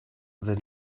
the